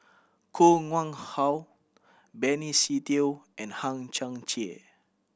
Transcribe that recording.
Koh Nguang How Benny Se Teo and Hang Chang Chieh